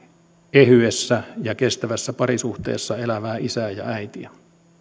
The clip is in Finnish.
ehyessä ja kestävässä parisuhteessa elävää isää ja äitiä